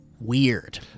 weird